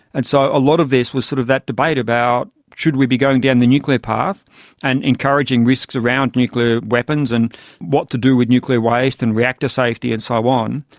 and so a lot of this was sort of that debate about should we be going down the nuclear path and encouraging risks around nuclear weapons, and what to do with nuclear waste and reactor safety and so on.